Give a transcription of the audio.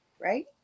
right